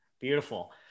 Beautiful